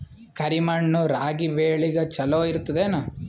ಕರಿ ಮಣ್ಣು ರಾಗಿ ಬೇಳಿಗ ಚಲೋ ಇರ್ತದ ಏನು?